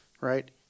right